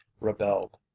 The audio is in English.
rebelled